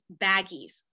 baggies